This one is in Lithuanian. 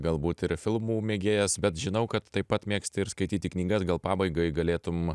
galbūt ir filmų mėgėjas bet žinau kad taip pat mėgsti ir skaityti knygas gal pabaigai galėtum